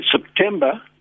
September